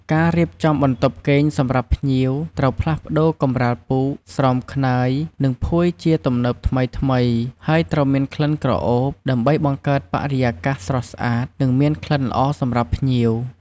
ការរៀបចំបន្ទប់គេងសម្រាប់ភ្ញៀវ ត្រូវផ្លាស់ប្តូរកម្រាលពូក ស្រោមខ្នើយ និងភួយជាទំនើបថ្មីៗ ហើយត្រូវមានក្លិនក្រអូប ដើម្បីបង្កើតបរិយាកាសស្រស់ស្អាត និងមានក្លិនល្អសម្រាប់ភ្ញៀវ។